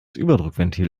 überdruckventil